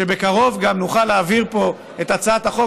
שבקרוב גם נוכל להעביר פה את הצעת החוק